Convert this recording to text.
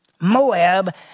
Moab